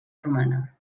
romana